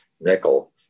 nickel